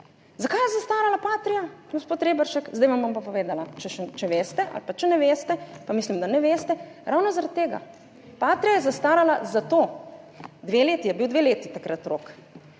Zakaj je zastarala Patria, gospod Reberšek? Zdaj vam bom pa povedala, če veste ali pa če ne veste, pa mislim, da ne veste. Ravno zaradi tega. Patria je zastarala zato. Dve leti, ali je bil dve leti takrat rok?